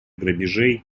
грабежей